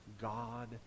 God